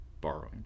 borrowing